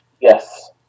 Yes